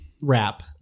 wrap